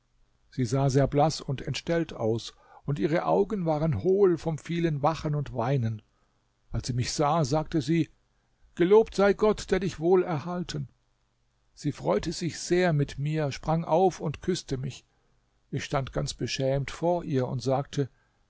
sie sah sehr blaß und entstellt aus und ihre augen waren hohl vom vielen wachen und weinen als sie mich sah sagte sie gelobt sei gott der dich wohl erhalten sie freute sich sehr mit mir sprang auf und küßte mich ich stand ganz beschämt vor ihr und sagte